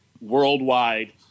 worldwide